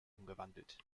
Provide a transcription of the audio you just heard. umgewandelt